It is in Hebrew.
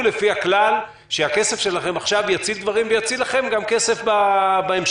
לפי הכלל שהכסף שלכם עכשיו יציל דברים ויציל לכם גם כסף בהמשך.